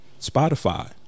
Spotify